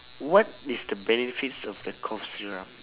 what is the benefits of the cough syrup